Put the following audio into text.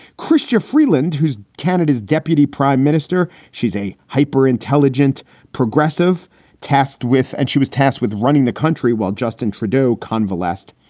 chrystia freeland, who's canada's deputy prime minister. she's a hyper intelligent progressive tasked with and she was tasked with running the country while justin trudeau convalesced.